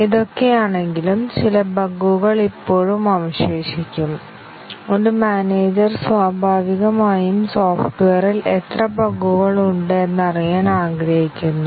ഇതൊക്കെയാണെങ്കിലും ചില ബഗുകൾ ഇപ്പോഴും അവശേഷിക്കും ഒരു മാനേജർ സ്വാഭാവികമായും സോഫ്റ്റ്വെയറിൽ എത്ര ബഗുകൾ ഉണ്ട് എന്ന് അറിയാൻ ആഗ്രഹിക്കുന്നു